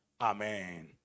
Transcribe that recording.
amen